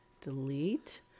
Delete